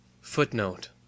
footnote